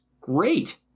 great